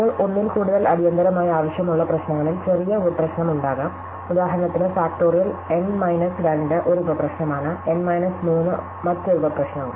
ഇപ്പോൾ ഒന്നിൽ കൂടുതൽ അടിയന്തിരമായി ആവശ്യമുള്ള പ്രശ്നങ്ങളിൽ ചെറിയ ഉപപ്രശ്നം ഉണ്ടാകാം ഉദാഹരണത്തിന് ഫാക്റ്റോറിയൽ n മൈനസ് 2 ഒരു ഉപപ്രശ്നമാണ് n മൈനസ് 3 ഒരു മറ്റൊരു ഉപപ്രശ്നവും